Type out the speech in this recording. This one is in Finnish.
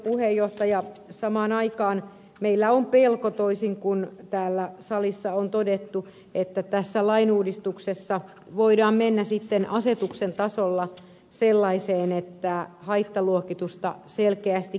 lisäksi samaan aikaan meillä on pelko toisin kuin täällä salissa on todettu että tässä lainuudistuksessa voidaan mennä sitten asetuksen tasolla sellaiseen että haittaluokitusta selkeästi kiristetään